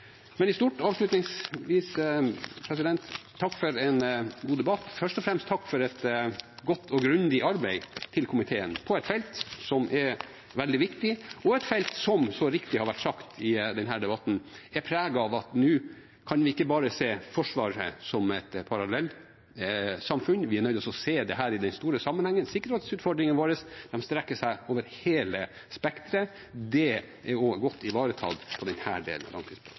I stort, avslutningsvis: Takk for en god debatt. Først og fremst takk til komiteen for et godt og grundig arbeid på et felt som er veldig viktig, et felt som, som det så riktig har vært sagt i denne debatten, er preget av at nå kan vi ikke bare se Forsvaret som et parallellsamfunn, vi er nødt til å se dette i den store sammenhengen. Sikkerhetsutfordringene våre strekker seg over hele spekteret. Det er også godt ivaretatt i denne delen av langtidsplanen.